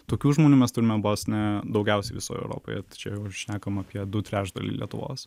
tokių žmonių mes turime vos ne daugiausiai visoje europoje tai čia jau ir šnekam apie du trečdaliai lietuvos